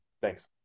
Thanks